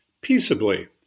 peaceably